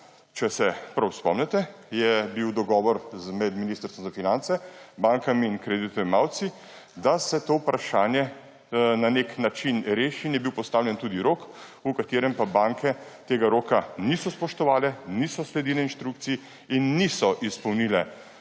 Če se prav spomnite, je bil dogovor med Ministrstvom za finance, bankami in kreditojemalci, da se to vprašanje na nek način reši, in je bil postavljen tudi rok, ki pa ga banke niso spoštovale, niso sledile inštrukciji in niso izpolnile